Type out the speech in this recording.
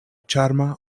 ĉarma